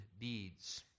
deeds